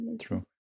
True